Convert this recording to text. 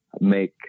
make